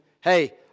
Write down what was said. hey